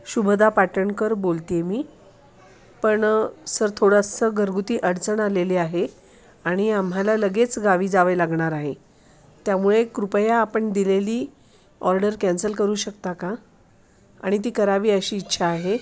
शुभदा पाटणकर बोलते आहे मी पण सर थोडंसं घरगुती अडचण आलेली आहे आणि आम्हाला लगेच गावी जावे लागणार आहे त्यामुळे कृपया आपण दिलेली ऑर्डर कॅन्सल करू शकता का आणि ती करावी अशी इच्छा आहे